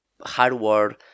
hardware